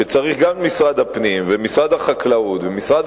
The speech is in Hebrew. כשצריך גם את משרד הפנים ומשרד החקלאות ומשרד